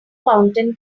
fountain